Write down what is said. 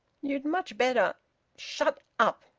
you'd much better shut up!